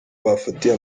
bafatiye